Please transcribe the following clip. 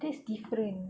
that's different